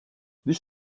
když